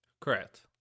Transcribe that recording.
Correct